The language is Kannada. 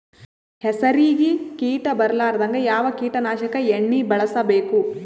ಹೆಸರಿಗಿ ಕೀಟ ಬರಲಾರದಂಗ ಯಾವ ಕೀಟನಾಶಕ ಎಣ್ಣಿಬಳಸಬೇಕು?